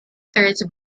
thirds